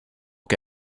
que